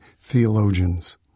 theologians